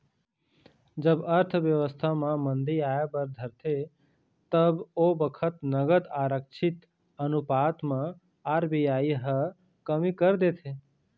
जब अर्थबेवस्था म मंदी आय बर धरथे तब ओ बखत नगद आरक्छित अनुपात म आर.बी.आई ह कमी कर देथे